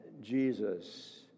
Jesus